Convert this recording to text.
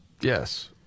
Yes